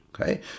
Okay